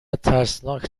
ترسناک